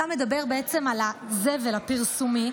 אתה מדבר על הזבל הפרסומי,